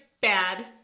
bad